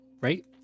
right